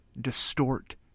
distort